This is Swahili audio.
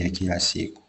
ya kila siku